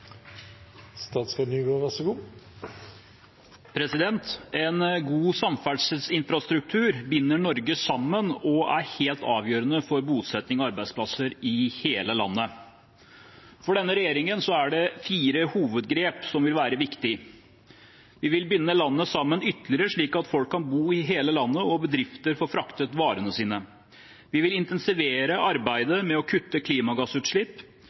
det fire hovedgrep som vil være viktige: Vi vil binde landet sammen ytterligere, slik at folk kan bo i hele landet og bedrifter får fraktet varene sine. Vi vil intensivere arbeidet med å kutte klimagassutslipp.